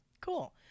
Cool